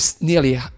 nearly